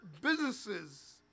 businesses